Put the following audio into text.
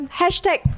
hashtag